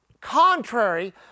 contrary